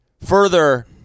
further